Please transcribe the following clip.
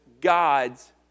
God's